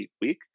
week